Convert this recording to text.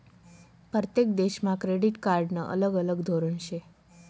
परतेक देशमा क्रेडिट कार्डनं अलग अलग धोरन शे